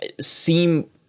seem